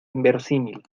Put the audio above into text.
inverosímil